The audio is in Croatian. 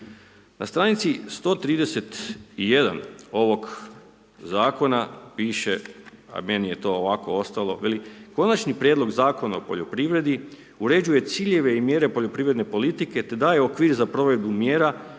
Na stranici 131. ovog zakona piše a meni je to ovako ostalo, veli, Konačni prijedlog Zakona o poljoprivredi uređuje ciljeve i mjere poljoprivredne politike te daje okvir za provedbu mjera